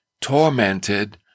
tormented